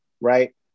Right